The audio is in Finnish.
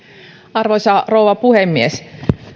arvoisa rouva puhemies